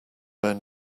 men